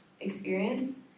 experience